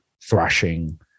thrashing